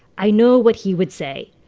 i know what he would say,